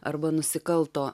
arba nusikalto